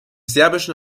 serbischen